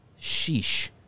sheesh